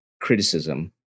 criticism